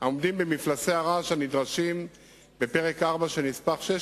העומדים במפלסי הרעש הנדרשים בפרק 4 של נספח 16